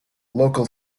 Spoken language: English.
local